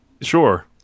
Sure